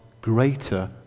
greater